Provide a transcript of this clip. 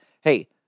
Hey